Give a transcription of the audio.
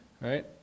right